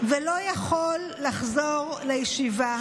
ולא יכול לחזור לישיבה".